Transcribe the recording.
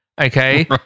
okay